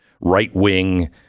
right-wing